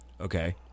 Okay